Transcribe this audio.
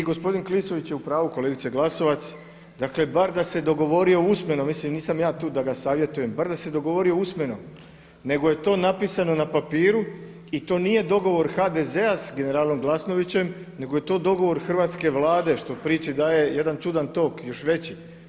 I kolega Klisović je upravu kolegice Glasovac, dakle bar da se dogovorio usmeno, mislim nisam ja tu da ga savjetujem, bar da se dogovorio usmeno nego je to napisano na papiru i to nije dogovor HDZ-a s generalom Glasnovićem nego je to dogovor hrvatske Vlade što priči daje jedan čudan tok još veći.